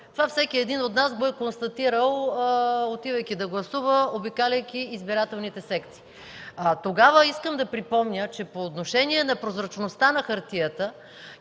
Това всеки един от нас го е констатирал, отивайки да гласува, обикаляйки избирателните секции. Искам да припомня, че тогава по отношение на прозрачността на хартията